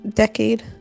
decade